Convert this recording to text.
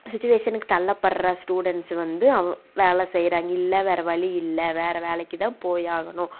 சுச்சுவேஷனுக்கு தள்ளப்படுற ஸ்டூடெண்ட்ஸு வந்து அவு வேலை செய்கிறாங்க இல்லை வேறே வழி இல்லை வேறே வேலைக்கு தான் போய் ஆகணும்